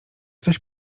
coś